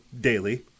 daily